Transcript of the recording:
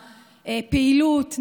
פעילות,